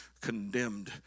Condemned